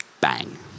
Bang